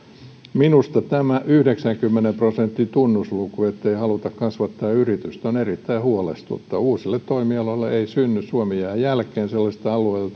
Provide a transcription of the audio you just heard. minusta tämä yhdeksänkymmenen prosentin tunnusluku ettei haluta kasvattaa yritystä on erittäin huolestuttava uusille toimialoille ei synny kasvua suomi jää jälkeen sellaisilla